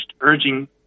urging